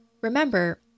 Remember